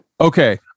Okay